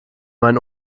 mein